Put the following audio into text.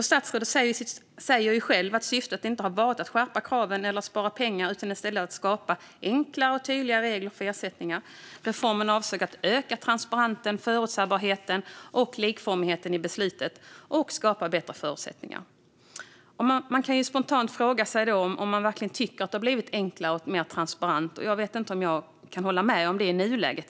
Statsrådet säger själv att syftet inte har varit att skärpa kraven eller spara pengar utan i stället att skapa enkla och tydliga regler för ersättningar. Reformen avsåg att öka transparensen, förutsebarheten och likformigheten i besluten och skapa bättre förutsättningar. Jag kan spontant fråga mig om man verkligen tycker att det har blivit enklare och mer transparent. Jag vet inte om jag kan hålla med om det i nuläget.